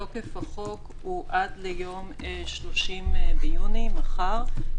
תוקף החוק הוא עד ליום 30 ביוני, מחר.